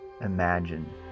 imagine